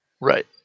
Right